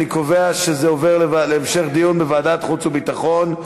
אני קובע שהנושא עובר להמשך דיון בוועדת חוץ וביטחון.